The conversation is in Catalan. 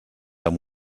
amb